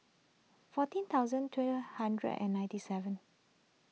fourteen thousand hundred and ninety seven